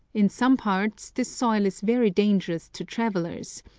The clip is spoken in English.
in some parts this soil is very dangerous to travellers,